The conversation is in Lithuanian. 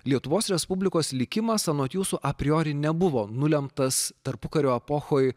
lietuvos respublikos likimas anot jūsų apriori nebuvo nulemtas tarpukario epochoj